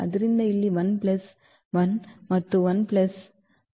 ಆದ್ದರಿಂದ ಇಲ್ಲಿ 1 ಪ್ಲಸ್ 1 ಮತ್ತು 1 ಈ ಪ್ಲಸ್ 1